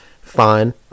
fine